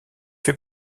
fait